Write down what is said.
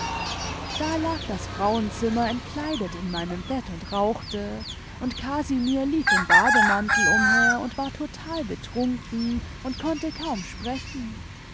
da lag das frauenzimmer entkleidet in meinem bett und rauchte imd casimir lief im bademantel umher und war total betrunken und konnte kaum sprechen